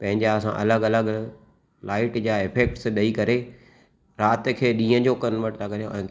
पंहिंजा असां अलॻि अलॻि लाइट जा इफेक्टस ॾेई करे रात खे ॾींह जो कन्वर्ट था करियूं